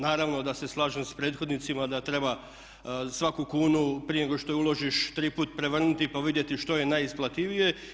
Naravno da se slažem sa prethodnicima da treba svaku kunu prije nego što je uložiš tri puta prevrnuti pa vidjeti što je najisplativije.